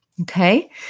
Okay